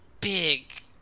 big